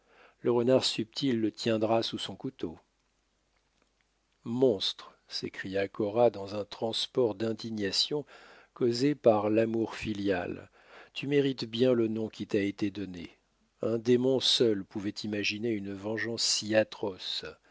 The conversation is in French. le renardsubtil le tiendra sous son couteau monstre s'écria cora dans un transport d'indignation causé par l'amour filial tu mérites bien le nom qui t'a été donné un démon seul pouvait imaginer une vengeance si atroce